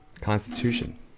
Constitution